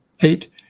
eight